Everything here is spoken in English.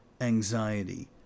anxiety